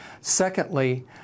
secondly